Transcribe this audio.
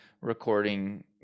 recording